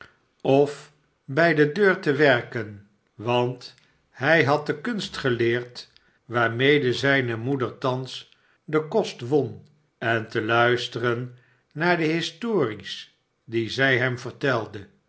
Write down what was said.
of bij de deur te werken want hij had de kunst geleerd waarmede zijne moeder thans den kost won en te luisteren naar de histories die zij hem vertelde